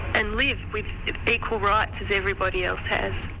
and live with equal rights as everybody else has.